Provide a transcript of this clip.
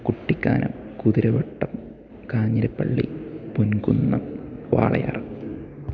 Kuttikkanam Kuthiravattam Kanjirappally Ponkunnam Walayar